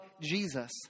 Jesus